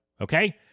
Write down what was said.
Okay